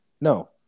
No